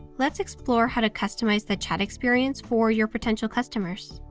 let's explore how to customize the chat experience for your potential customers.